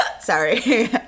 Sorry